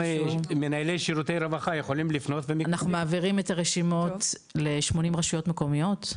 --- אנחנו מעבירים את הרשימות ל-80 רשויות מקומיות,